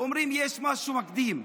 אומרים: יש משהו מקדים,